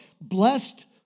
Blessed